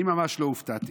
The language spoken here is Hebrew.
אני ממש לא הופתעתי,